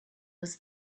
was